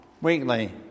Weekly